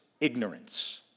ignorance